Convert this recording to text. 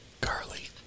Carly